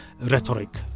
rhetoric